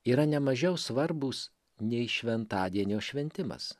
yra nemažiau svarbūs nei šventadienio šventimas